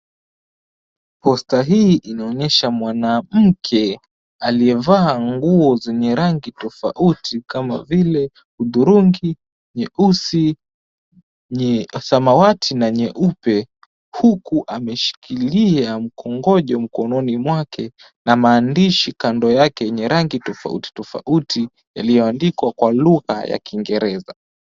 Posta hii inaonyesha mwanamke aliyevaa nguo zenye rangi tofauti kama vile hudhurungi, nyeusi, samawati na nyeupe. Huku ameshikilia mkongojo mkononi mwake na maandishi kando yake yenye rangi tofauti tofauti, yaliyoandikwa kwa lugha ya kiingereza.